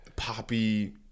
Poppy